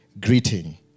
greeting